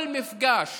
כל מפגש